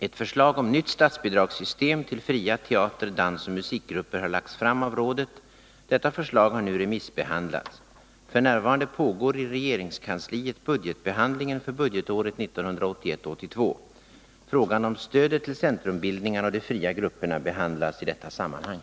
Ett förslag om nytt statsbidragssystem för fria teater-, dansoch musikgrupper har lagts fram av rådet. Detta förslag har nu remissbehandlats. F. n. pågår i regeringskansliet budgetbehandlingen för budgetåret 1981/82. Frågan om stödet till centrumbildningarna och de fria grupperna behandlas i detta sammanhang.